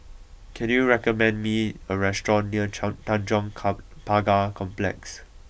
can you recommend me a restaurant near Chang Tanjong come Pagar Complex